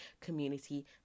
community